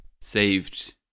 saved